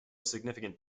significant